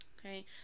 Okay